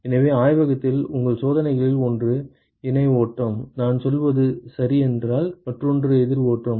எனவே ஆய்வகத்தில் உங்கள் சோதனைகளில் ஒன்று இணை ஓட்டம் நான் சொல்வது சரி என்றால் மற்றொன்று எதிர் ஓட்டம்